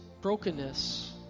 brokenness